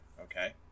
Okay